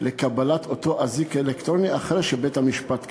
לקבלת אותו אזיק אלקטרוני אחרי שבית-המשפט קבע.